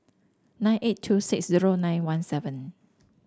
nine eight two six zero nine one seven